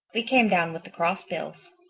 we came down with the crossbills.